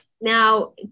Now